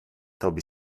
toby